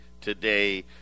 today